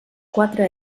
quatre